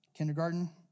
kindergarten